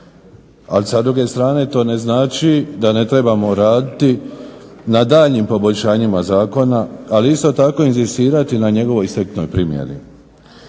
Ali sa druge strane to ne znači da ne trebamo raditi na daljnjim poboljšanjima zakona, ali isto tako inzistirati na njegovoj striktnoj primjeni.